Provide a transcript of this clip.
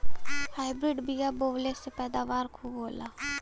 hybrid बिया बोवले से पैदावार खूब होला